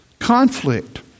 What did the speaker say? conflict